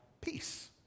peace